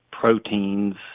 proteins